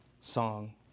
song